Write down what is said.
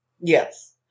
Yes